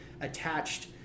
attached